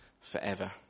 forever